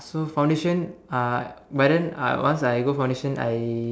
so foundation uh by then I once I go foundation I